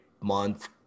month